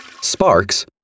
Sparks